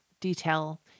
detail